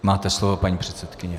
Máte slovo, paní předsedkyně.